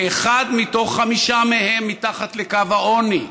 שאחד מתוך חמישה מהם מתחת לקו העוני.